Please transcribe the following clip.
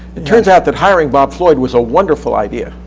it turns out that hiring bob floyd was a wonderful idea.